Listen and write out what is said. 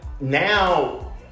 now